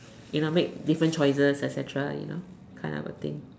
in the made difference choices et-cetera you know kind of thing